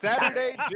Saturday